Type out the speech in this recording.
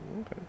Okay